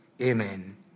Amen